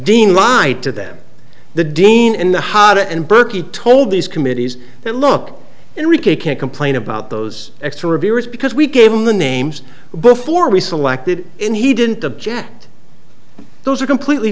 dean lied to them the dean and the hot and perky told these committees that look in reeky can't complain about those extra reviewers because we gave him the names before we selected and he didn't object those are completely